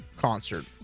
concert